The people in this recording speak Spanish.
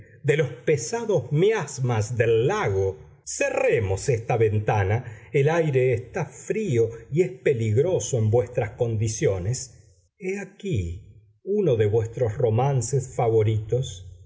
de los pesados miasmas del lago cerremos esta ventana el aire está frío y es peligroso en vuestras condiciones he aquí uno de vuestros romances favoritos